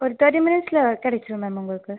ஒரு தேர்ட்டி மினிட்ஸ்ல கிடச்சிரும் மேம் உங்களுக்கு